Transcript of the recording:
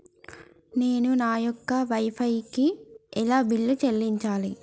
నేను నా యొక్క వై ఫై కి ఎలా బిల్లు చెల్లించాలి?